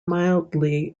mildly